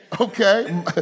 okay